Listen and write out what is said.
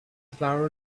flower